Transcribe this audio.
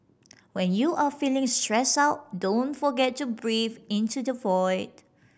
when you are feeling stressed out don't forget to breathe into the void